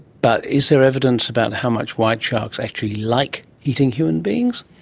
but is there evidence about how much white sharks actually like eating human beings?